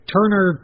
Turner